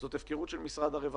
שזאת הפקרות של משרד הרווחה.